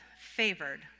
favored